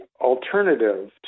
alternative